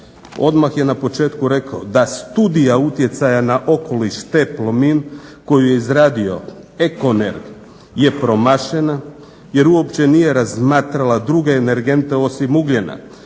odmah je na početku rekao da studija utjecaja na okoliš TE Plomin koju je izradio EKONERG je promašena jer uopće nije razmatrala druge energente osim ugljena